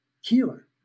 healer